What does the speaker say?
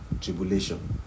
tribulation